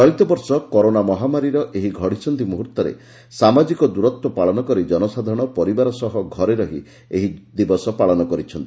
ଚଳିତବର୍ଷ କରୋନା ମହାମାରୀର ଏହି ଘଡ଼ିସକ୍ଷି ମୁହ୍ରର୍ଉରେ ସାମାଜିକ ଦୂରତ୍ ପାଳନ କରି ଜନସାଧାରଣ ପରିବାର ସହ ଘରେ ରହି ଏହି ଦିବସ ପାଳନ କରିଛନ୍ତି